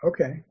Okay